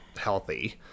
healthy